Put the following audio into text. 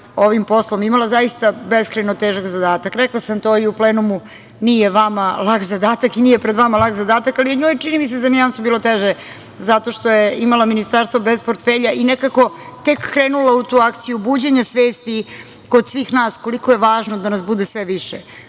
ovim poslom i imala zaista beskrajno težak zadatak. Rekla sam to i u plenumu, nije vama lak zadatak i nije pred vama lak zadatak, ali je njoj, čini mi se, za nijansu bilo teže zato što je imala Ministarstvo bez portfelja i nekako tek krenula u tu akciju buđenja svesti kod svih nas koliko je važno da nas bude sve